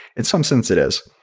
in some sense it is.